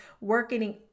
working